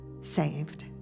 saved